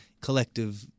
collective